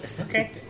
Okay